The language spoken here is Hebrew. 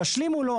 אם ישלימו לו,